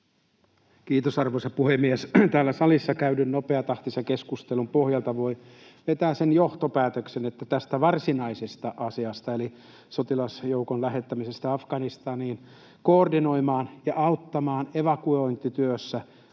Kiitos, arvoisa puhemies! Täällä salissa käydyn nopeatahtisen keskustelun pohjalta voi vetää sen johtopäätöksen, että tästä varsinaisesta asiasta eli sotilasjoukon lähettämisestä Afganistaniin koordinoimaan ja auttamaan evakuointityössä